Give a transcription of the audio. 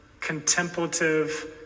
contemplative